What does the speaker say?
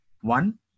one